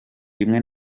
rimwe